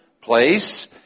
place